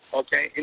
okay